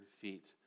feet